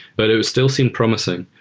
but it was still seem promising.